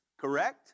correct